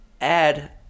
add